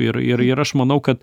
ir ir ir aš manau kad